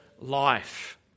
life